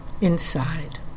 inside